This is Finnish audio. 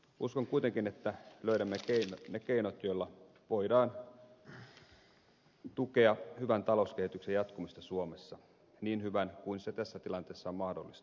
uskon kuitenkin että löydämme ne keinot joilla voidaan tukea hyvän talouskehityksen jatkumista suomessa niin hyvän kuin tässä tilanteessa on mahdollista